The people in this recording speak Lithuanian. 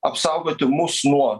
apsaugoti mus nuo